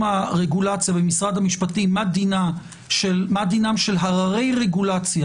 הרגולציה במשרד המשפטים מה דינם של הררי רגולציה